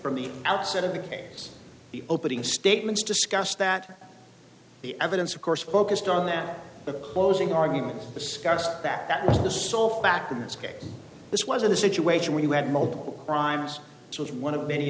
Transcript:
from the outset of the case the opening statements discussed that the evidence of course focused on that the closing argument discussed that that was the sole factor in this case this wasn't a situation where you had multiple crimes it was one of many